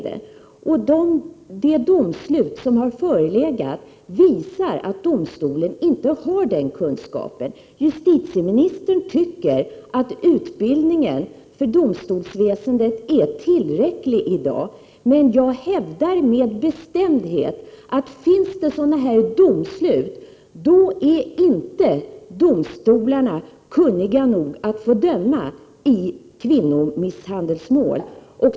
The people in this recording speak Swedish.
Det domslut som föreligger visar att domstolen inte har den kunskapen. Justitieministern tycker att utbildningen för inom domstolsväsendet verksamma personer är tillräcklig i dag, men jag hävdar med bestämdhet, att om det finns sådana här domslut, är domstolarna inte kunniga nog att döma i misshandelsmål!